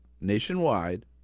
nationwide—